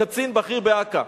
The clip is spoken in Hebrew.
קצין בכיר באכ"א,